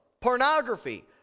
Pornography